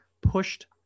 pushed